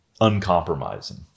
uncompromising